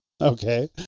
Okay